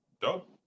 dope